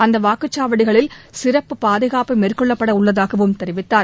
அந்த வாக்குச்சாவடிகளில் சிறப்பு பாதுகாப்பு மேற்கொள்ளப்பட உள்ளதாகவும் தெரிவித்தார்